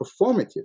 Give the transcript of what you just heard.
performative